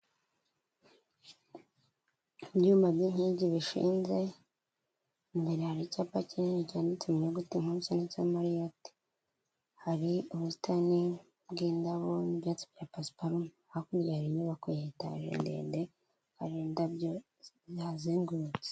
Ibyuma by'inkingi bishinze, imbere hari icyapa kinini, cyanditseho mu nyuguti nkuru zanditseho Mariyoti, hari ubusitani bw'indabo n'ibyatsi bya pasiparume, hakurya hari inyubako yitaje ndende, hari indabyo zihazengurutse.